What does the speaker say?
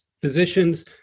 physicians